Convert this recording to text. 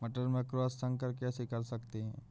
मटर में क्रॉस संकर कैसे कर सकते हैं?